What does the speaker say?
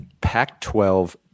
Pac-12